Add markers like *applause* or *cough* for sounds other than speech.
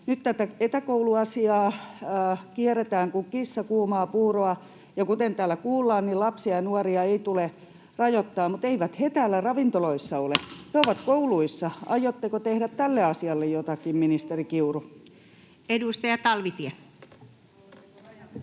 Nyt tätä etäkouluasiaa kierretään kuin kissa kuumaa puuroa, ja kuten täällä kuullaan, niin lapsia ja nuoria ei tule rajoittaa, mutta eivät he ravintoloissa ole, *noise* he ovat kouluissa. Aiotteko tehdä tälle asialle jotakin, ministeri Kiuru? [Anne Kalmari: